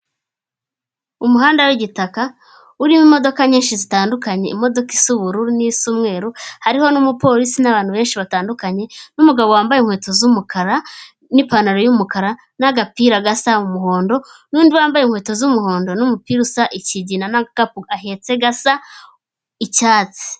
Umuhanda wigitaka urimo imodoka nyinshi zitandukanye imodoka isa ubururu nisa umweru hariho n'umupolisi n'abantu benshi batandukanye n'umugabo wambaye inkweto z'umukara n'ipantaro y'umukara, n'agapira gasa umuhondo, n'undi wambaye inkweto z'umuhondo n'umupira usa ikigina n'agakapu ahetse gasa icyatsi.